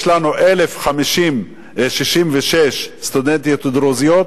יש לנו 1,066 סטודנטיות דרוזיות,